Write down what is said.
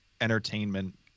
entertainment